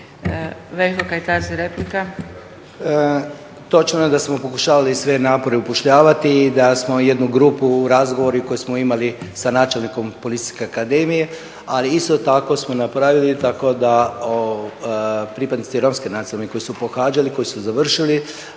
Veljko (Nezavisni)** Točno je da smo pokušavali sve napore upošljavati i da smo jednu grupu, razgovore koje smo imali sa načelnikom Policijske akademije ali isto tako smo napravili tako da pripadnici romske nacionalne manjine, oni koji su pohađali, koji su završili